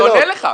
אני עונה לך.